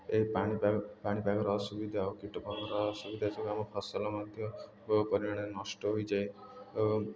ଏହି ପାଣିପାଗ ପାଣିପାଗର ଅସୁବିଧା ଓ କୀଟ ଅସୁବିଧା ଯୋଗୁଁ ଆମ ଫସଲ ମଧ୍ୟ ବହୁ ପରିମାଣରେ ନଷ୍ଟ ହୋଇଯାଏ